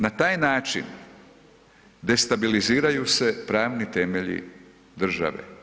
Na taj način destabiliziraju se pravni temelji države.